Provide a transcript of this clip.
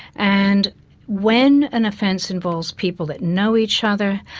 and when an offence involves people that know each other,